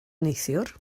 neithiwr